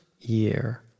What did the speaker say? year